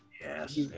Yes